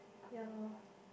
ya loh